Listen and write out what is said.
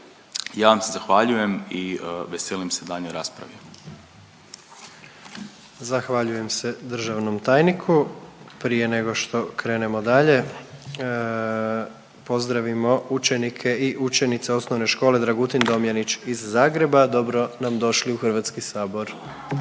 Ja vam se zahvaljujem i veselim se daljnjoj raspravi. **Jandroković, Gordan (HDZ)** Zahvaljujem se državnom tajniku. Prije nego što krenemo dalje pozdravimo učenike i učenice OŠ „Dragutin Domjanić“ iz Zagreba. Dobrodošli nam došli u HS! …/Pljesak.